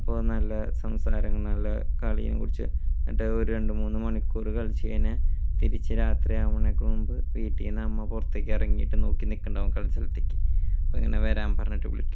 അപ്പോൾ നല്ല സംസാരം നല്ല കളിയും കുറിച്ച് എന്നിട്ട് ഒരു രണ്ട് മൂന്ന് മണിക്കൂർ കളിച്ച് കഴിഞ്ഞാൽ തിരിച്ച് രാത്രിയാവണേക്ക് മുൻപ് വീട്ടിൽ നിന്ന് അമ്മ പുറത്തേക്ക് ഇറങ്ങിയിട്ട് നോക്കി നിൽക്കുന്നുണ്ടാവും കളി സ്ഥലത്തേക്ക് ഇങ്ങനെ വരാൻ പറഞ്ഞിട്ട് വിളിക്കും